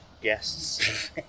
guests